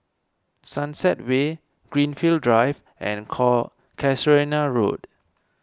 Sunset Way Greenfield Drive and co Casuarina Road